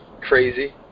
crazy